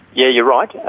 yeah you're right, yeah